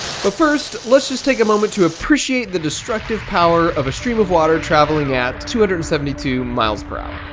but first let's just take a moment to appreciate the destructive power of a stream of water traveling at two hundred and seventy two miles per um